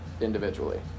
individually